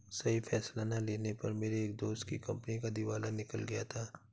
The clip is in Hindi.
सही फैसला ना लेने पर मेरे एक दोस्त की कंपनी का दिवाला निकल गया था